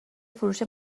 فروش